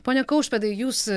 pone kaušpėdai jūs